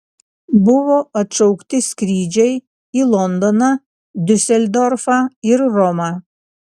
buvo atšaukti skrydžiai į londoną diuseldorfą ir romą